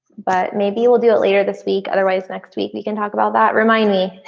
but maybe we'll do it later this week. otherwise next week we can talk about that. remind me.